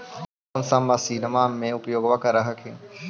कौन सा मसिन्मा मे उपयोग्बा कर हखिन?